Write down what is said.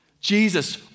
Jesus